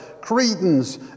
Cretans